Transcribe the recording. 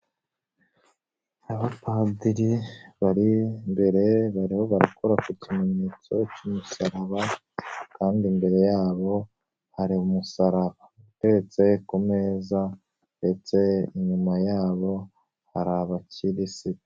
Abapadiri bari imbere bariho barakora ku kimenyetso cy'umusaraba, kandi imbere yabo hari umusaraba uteretse ku meza, ndetse inyuma yabo hari abakirisitu.